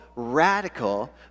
radical